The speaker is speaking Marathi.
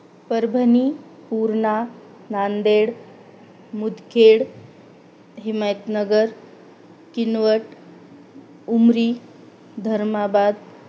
परभणी पूर्णा नांदेड मुदखेड हिमायतनगर किनवट उमरी धर्माबाद